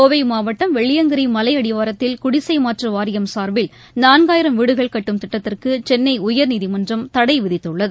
கோவை மாவட்டம் வெள்ளியங்கிரி மலை அடிவாரத்தில் குடிசை மாற்று வாரியம் சார்பில் நான்காயிரம் வீடுகள் கட்டும் திட்டத்திற்கு சென்னை உயர்நீதிமன்றம் தடை விதித்துள்ளது